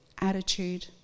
attitude